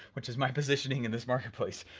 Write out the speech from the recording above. which is my positioning in this marketplace.